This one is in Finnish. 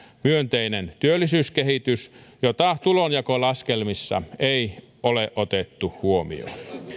myönteinen työllisyyskehitys jota tulonjakolaskelmissa ei ole otettu huomioon